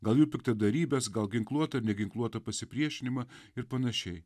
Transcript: gal jų piktadarybes gal ginkluotą ar neginkluotą pasipriešinimą ir panašiai